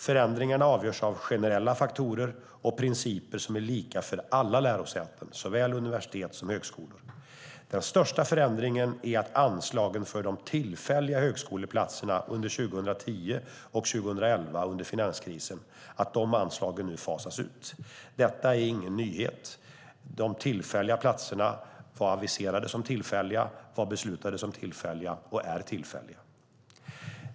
Förändringarna avgörs av generella faktorer och principer som är lika för alla lärosäten såväl universitet som högskolor. Den största förändringen är att anslagen för de tillfälliga högskoleplatserna under 2010 och 2011, alltså under finanskrisen, fasas ut. Detta är ingen nyhet. De tillfälliga platserna var aviserade som tillfälliga, var beslutade som tillfälliga och är tillfälliga.